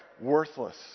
Worthless